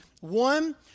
one